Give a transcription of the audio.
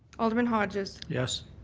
alderman hodges? yes.